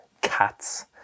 cats